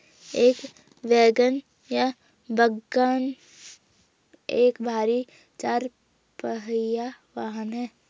एक वैगन या वाग्गन एक भारी चार पहिया वाहन है